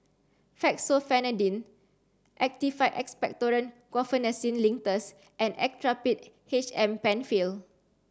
Fexofenadine Actified Expectorant Guaiphenesin Linctus and Actrapid H M Penfill